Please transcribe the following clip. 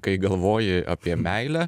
kai galvoji apie meilę